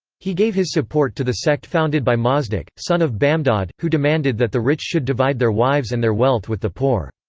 he gave his support to the sect founded by mazdak, son of bamdad, who demanded that the rich should divide their wives and their wealth with the poor.